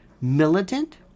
militant